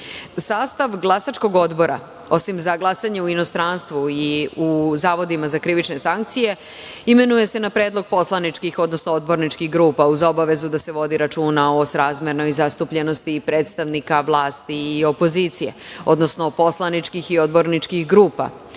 glasačkog odbora, osim za glasanje u inostranstvu i u zavodima za krivične sankcije, imenuje se na predlog poslaničkih, odnosno odborničkih grupa uz obavezu da se vodi računa o srazmernoj zastupljenosti predstavnika vlasti i opozicije, odnosno poslaničkih i odborničkih grupa